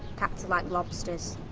cats are like lobsters.